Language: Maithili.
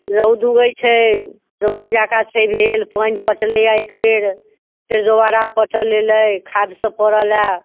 रौद उगैत छै रौदी जकाँ छै भेल पानि पटलैए एक बेर फेर दोबारा पटऽलए ला खाद सब पड़लै